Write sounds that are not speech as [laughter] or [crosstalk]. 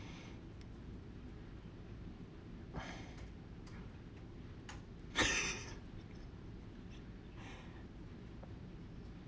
[breath] [laughs]